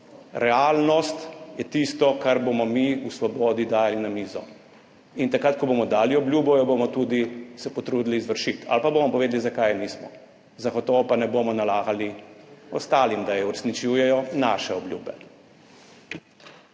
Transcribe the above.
Realnost je tisto, kar bomo mi v Svobodi dali na mizo. In takrat, ko bomo dali obljubo, se jo bomo tudi potrudili izvršiti, ali pa bomo povedali, zakaj je nismo. Zagotovo pa ne bomo nalagali ostalim, da naj uresničujejo naše obljube.